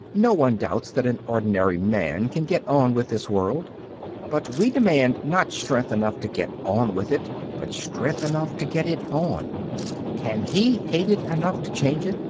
no one doubts that an ordinary man can get on with this world but we demand not strength enough to get on with it, but strength enough to get it on can he hate it enough to change it,